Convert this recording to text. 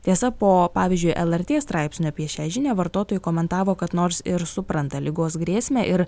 tiesa po pavyzdžiui lrt straipsnio apie šią žinią vartotojui komentavo kad nors ir supranta ligos grėsmę ir